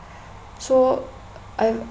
so I